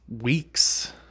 weeks